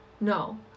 no